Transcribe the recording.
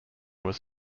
was